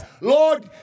Lord